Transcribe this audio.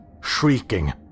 shrieking